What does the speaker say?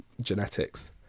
genetics